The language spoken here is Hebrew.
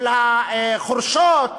של החורשות.